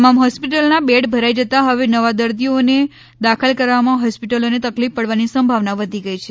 તમામ હોસ્પિટલના બેડ ભરાઈ જતાં હવે નવા દર્દીઓને દાખલ કરવામાં હોસ્પિટલોને તકલીફ પડવાની સંભાવના વધી ગઇ છે